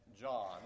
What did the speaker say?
John